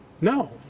No